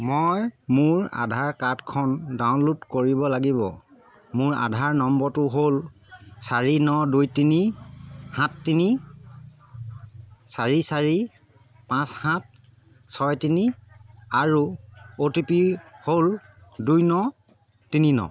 মই মোৰ আধাৰ কাৰ্ডখন ডাউনল'ড কৰিব লাগিব মোৰ আধাৰ নম্বৰটো হ'ল চাৰি ন দুই তিনি সাত তিনি চাৰি চাৰি পাঁচ সাত ছয় তিনি আৰু অ' টি পি হ'ল দুই ন তিনি ন